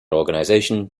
organisation